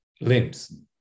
limbs